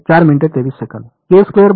बरोबर